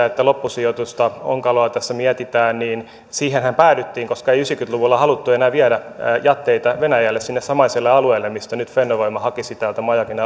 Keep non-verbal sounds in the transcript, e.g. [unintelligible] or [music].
[unintelligible] että loppusijoitusta onkaloa tässä mietitään päädyttiin koska ei yhdeksänkymmentä luvulla haluttu enää viedä jätteitä venäjälle sinne samaiselle alueelle mistä nyt fennovoima hakisi täältä majakin [unintelligible]